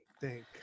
Thank